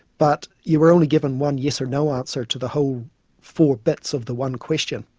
but you were only given one yes or no answer to the whole four bits of the one question.